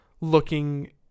looking